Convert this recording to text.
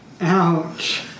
Ouch